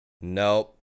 Nope